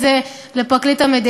הפניתי את זה לפרקליט המדינה,